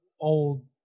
old